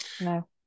no